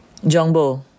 Jongbo